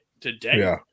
today